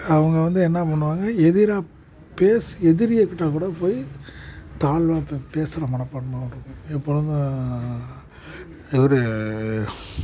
அவங்க வந்து என்ன பண்ணுவாங்க எதிராக பேசு எதிரிக்கிட்டே கூட போய் தாழ்வா பே பேசுகிற மனப்பான்மை அவங்களுக்கு எப்பொழுதும் இவர்